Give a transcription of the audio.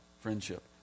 friendship